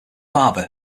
father